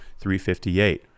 358